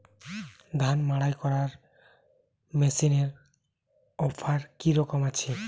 ধান মাড়াই করার মেশিনের অফার কী রকম আছে?